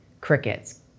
crickets